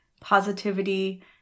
positivity